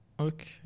Okay